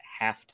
halftime